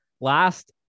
last